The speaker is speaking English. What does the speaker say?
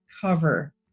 cover